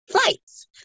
flights